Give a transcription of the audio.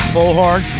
Bullhorn